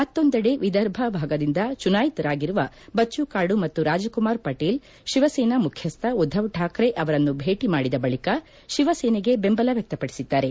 ಮತ್ತೊಂದೆಡೆ ವಿದರ್ಭ ಭಾಗದಿಂದ ಚುನಾಯಿತರಾಗಿರುವ ಬಚ್ಚುಕಾಡು ಮತ್ತು ರಾಜಕುಮಾರ್ ಪಟೇಲ್ ಶಿವಸೇನಾ ಮುಖ್ಚಸ್ವ ಉದ್ದವ್ ಠಾಕ್ರೆ ಅವರನ್ನು ಭೇಟ ಮಾಡಿದ ಬಳಿಕ ಶಿವಸೇನೆಗೆ ಬೆಂಬಲ ವ್ಯಕ್ತಪಡಿಸಿದ್ದಾರೆ